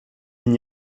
n’y